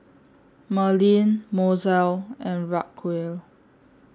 Merlyn Mozell and Racquel